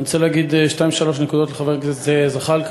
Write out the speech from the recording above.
אני רוצה להגיד שתיים-שלוש נקודות לחבר הכנסת זחאלקה.